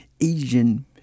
Asian